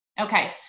Okay